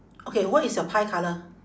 okay what is your pie colour